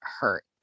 hurt